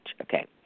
Okay